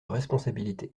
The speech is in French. responsabilité